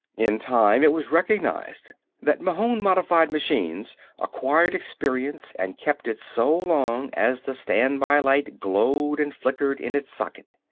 in time it was recognized that mahon-modified machines acquired experience and kept it so long as the standby light glowed and flickered in its socket.